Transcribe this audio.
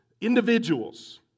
individuals